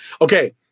Okay